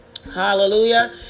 Hallelujah